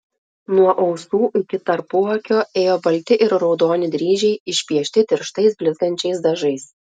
nuo ausų iki tarpuakio ėjo balti ir raudoni dryžiai išpiešti tirštais blizgančiais dažais